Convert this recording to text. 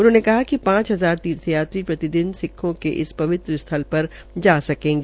उन्होंने कहा कि पांच हजार र्तीथ यात्री प्रतिदिन सिक्खो के इस पवित्र स्थल जा सकते है